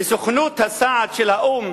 לסוכנות הסעד של האו"ם